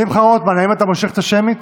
האם אתה מושך את השמית?